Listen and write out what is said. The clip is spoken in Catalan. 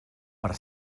per